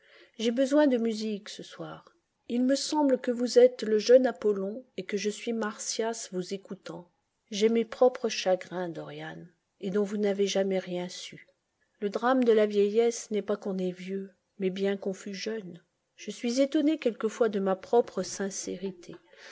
j'ai besoin de musique ce soir il me semble que vous êtes le jeune apollon et que je suis marsyas vous écoutant j'ai mes propres chagrins dorian et dont vous n'avez jamais rien su le drame de la vieillesse n'est pas qu'on est vieux mais bien qu'on fut jeune je suis étonné quelquefois de ma propre sincérité